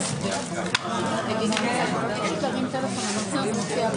מאוד משונה שאתה מנסה לדרוש מגוף פרטי לעשות מה שמתאים לך